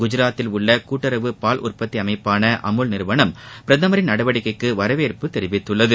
குஜராத்தில் உள்ள கூட்டுறவு பால் உற்பத்தி அமைப்பான அமூல் நிறுவனம் பிரதமரின் நடவடிக்கைக்கு வரவேற்பு தெரிவித்துள்ளனர்